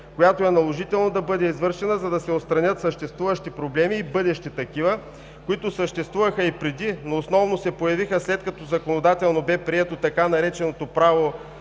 която е наложително да бъде извършена, за да се отстранят съществуващите проблеми и бъдещи такива. Те съществуваха и преди, но основно се появиха, след като законодателно бе прието така нареченото „право